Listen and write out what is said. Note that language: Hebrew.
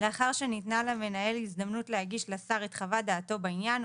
לאחר שניתנה למנהל הזדמנות להגיש לשר את חוות דעתו בעניין,